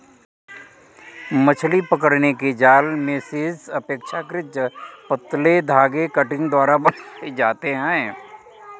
मछली पकड़ने के जाल मेशेस अपेक्षाकृत पतले धागे कंटिंग द्वारा बनाये जाते है